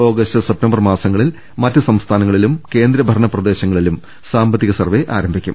August September മാസങ്ങളിൽ മറ്റ് സംസ്ഥാ നങ്ങളിലും കേന്ദ്ര ഭരണ പ്രദേശങ്ങളിലും സാമ്പത്തിക സർവേ ആരംഭിക്കും